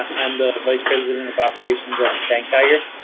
i'm the vice president of operations at the tank tiger.